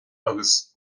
agus